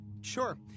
Sure